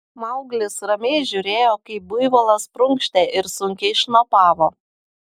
mauglis ramiai žiūrėjo kaip buivolas prunkštė ir sunkiai šnopavo